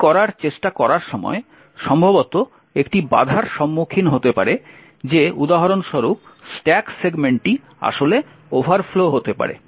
এটি করার চেষ্টা করার সময় সম্ভবত একটি বাধার সম্মুখীন হতে পারে যে উদাহরণস্বরূপ স্ট্যাক সেগমেন্টটি আসলে ওভারফ্লো হতে পারে